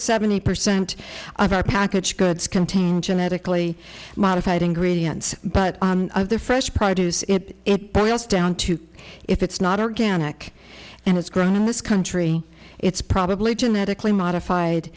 seventy percent of our packaged goods contain genetically modified ingredients but the fresh produce it boils down to if it's not organic and it's grown in this country it's probably genetically modified